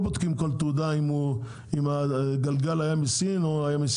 הרי אתם לא בודקים בכל תעודה אם הגלגל היה מסין או מסינגפור,